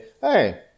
hey